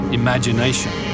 imagination